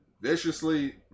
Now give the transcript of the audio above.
Viciously